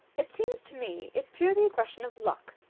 it seems to me it's purely a question of luck.